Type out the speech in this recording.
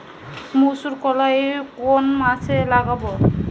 মুসুর কলাই কোন মাসে লাগাব?